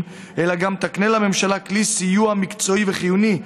אלא גם תקנה לממשלה כלי סיוע מקצועי וחיוני,